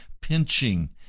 pinching